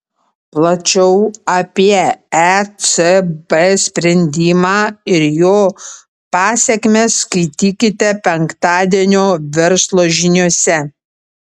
plačiau apie ecb sprendimą ir jo pasekmes skaitykite penktadienio verslo žiniose